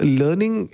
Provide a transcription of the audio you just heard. learning